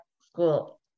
School